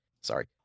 Sorry